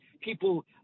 people